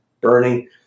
burning